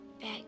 Back